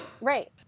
Right